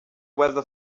weather